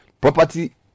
Property